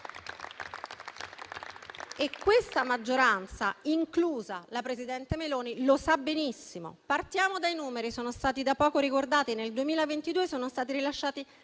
e la maggioranza, inclusa la presidente Meloni, lo sa benissimo. Partiamo dai numeri, che sono stati da poco ricordati. Nel 2022 sono stati rilasciati